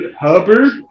Hubbard